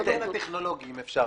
התכנון הטכנולוגי, אם אפשר.